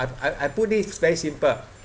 I I I put this very simple